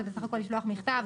זה בסך הכול לשלוח מכתב,